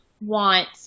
want